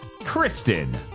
Kristen